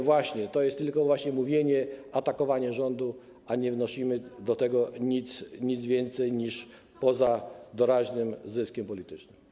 Właśnie, to jest tylko mówienie, atakowanie rządu, a nie wnosimy do tego nic więcej poza doraźnym zyskiem politycznym.